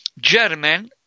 German